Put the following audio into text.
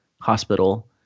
hospital